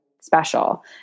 special